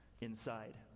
inside